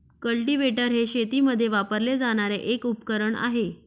cultivator हे शेतीमध्ये वापरले जाणारे एक उपकरण आहे